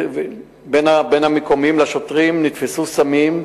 נתפסו סמים,